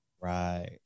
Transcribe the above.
Right